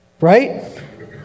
right